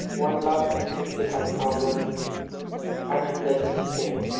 one lakh sixty five thousand eight hundred ten